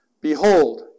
Behold